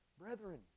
Brethren